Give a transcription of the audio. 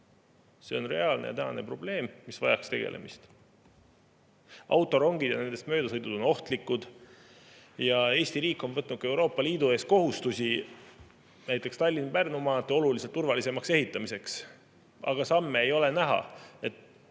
See on reaalne tänane probleem, mis vajaks tegelemist. Autorongid ja nendest möödasõidud on ohtlikud. Eesti riik on võtnud ka näiteks Euroopa Liidu ees kohustuse Tallinna-Pärnu maantee oluliselt turvalisemaks ehitamiseks, aga samme ei ole näha.